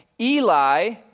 Eli